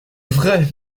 vrai